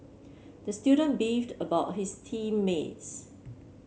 the student beefed about his team mates